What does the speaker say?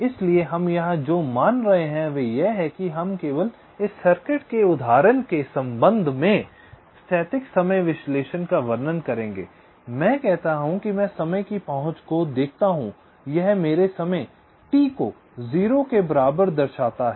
इसलिए हम यहां जो मान रहे हैं वह यह है कि हम केवल इस सर्किट के उदाहरण के संबंध में स्थैतिक समय विश्लेषण का वर्णन करेंगे मैं कहता हूं कि मैं समय की पहुंच को देखता हूं यह मेरे समय t को 0 के बराबर दर्शाता है